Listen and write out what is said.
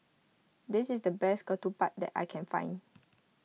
this is the best Ketupat that I can find